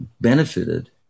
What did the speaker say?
benefited